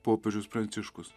popiežius pranciškus